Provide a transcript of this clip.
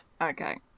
Okay